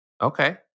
Okay